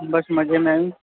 बसि मज़े में आहियूं